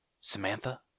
Samantha